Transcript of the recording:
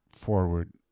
forward